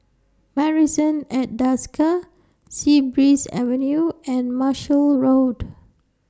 Marrison At Desker Sea Breeze Avenue and Marshall Road